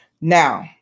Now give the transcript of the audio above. Now